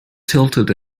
tilted